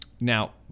Now